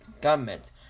government